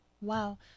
wow